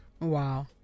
wow